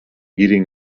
eating